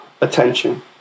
attention